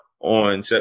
on